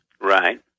Right